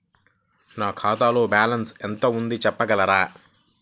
నా ఖాతాలో బ్యాలన్స్ ఎంత ఉంది చెప్పగలరా?